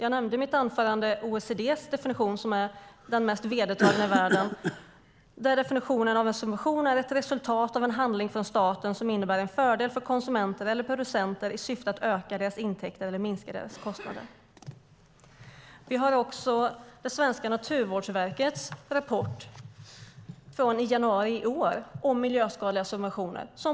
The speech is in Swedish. I mitt anförande nämnde jag OECD:s definition, som är den mest vedertagna i världen: En subvention är ett resultat av en handling från staten som innebär en fördel för konsumenter eller producenter i syfte att öka deras intäkter eller minska deras kostnader. Vi har också svenska Naturvårdsverkets rapport från januari i år om miljöskadliga subventioner.